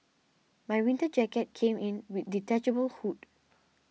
my winter jacket came in with detachable hood